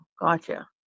Gotcha